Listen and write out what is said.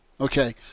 Okay